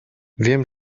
wiem